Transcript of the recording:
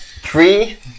Three